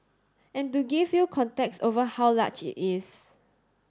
and to give you context over how large it is